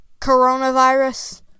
coronavirus